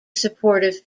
supportive